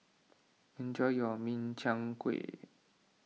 enjoy your Min Chiang Kueh